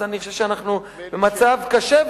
אז אני חושב שאנחנו במצב קשה,